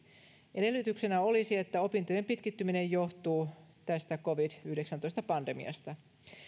edellytyksenä olisi että opintojen pitkittyminen johtuu tästä covid yhdeksäntoista pandemiasta